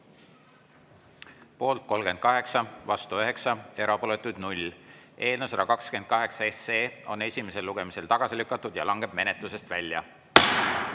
Poolt 38, vastu 9 ja erapooletuid 0, eelnõu 128 on esimesel lugemisel tagasi lükatud ja langeb menetlusest välja.